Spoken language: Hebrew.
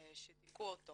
שדיכאו אותו